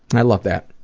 and i love that!